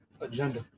agenda